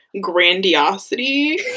grandiosity